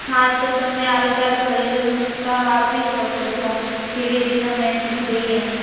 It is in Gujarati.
હા તો તમે આવી રીતે આ ઘરેલું નુસ્ખા વાપરી શકો છો જેવી રીતના મેં કીધું એવા